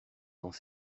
dans